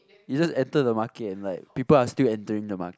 you just enter the market and like people ask you entering the market